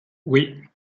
oui